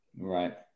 Right